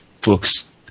books